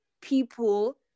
people